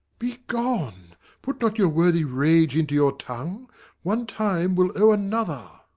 be gone put not your worthy rage into your tongue one time will owe another.